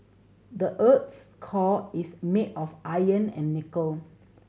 the earth's core is made of iron and nickel